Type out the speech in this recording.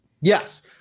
Yes